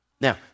Now